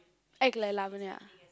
act like Lavania